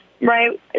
right